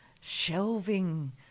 Shelving